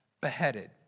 beheaded